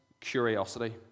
curiosity